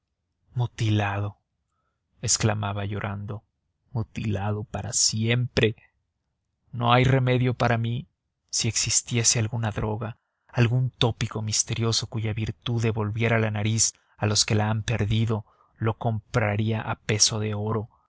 mutilado exclamaba llorando mutilado para siempre no hay remedio para mí si existiese alguna droga algún tópico misterioso cuya virtud devolviera la nariz a los que la han perdido lo compraría a peso de oro